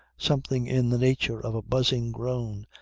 something in the nature of a buzzing groan,